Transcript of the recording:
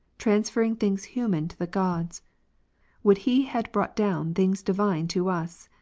transferring things human to the gods would he had brought down things divine to us!